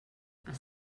els